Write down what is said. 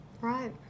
right